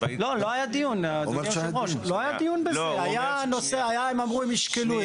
לא היה דיון, הם אמרו שישקלו את זה.